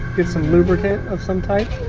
get some lubricant of some type